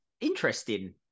Interesting